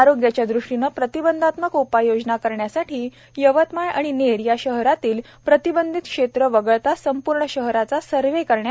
आरोग्याच्यादृष्टीने प्रतिबंधात्मक उपाययोजना करण्यासाठी यवतमाळ आणि नेर या शहरातील प्रतिबंधित क्षेत्र वगळता संपूर्ण शहराचा सर्व्हे करण्यात येणार आहे